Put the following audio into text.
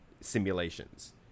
simulations